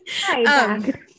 Hi